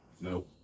No